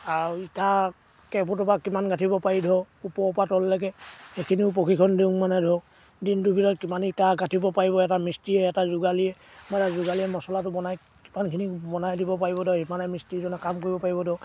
আৰু ইটা কেইফুটৰ পৰা কিমান গাঁঠিব পাৰি ধৰক ওপৰৰ পৰা তললৈকে সেইখিনিও প্ৰশিক্ষণ দিওঁ মানে ধৰক দিনটো ভিতৰত কিমান ইটা গাঁঠিব পাৰিব এটা মিস্ত্ৰীয়ে এটা যোগালীয়ে বা যোগালীয়ে মচলাটো বনাই কিমানখিনি বনাই দিব পাৰিব ধৰক সিমানে মিস্ত্ৰীজনে কাম কৰিব পাৰিব ধৰক